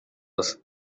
hasi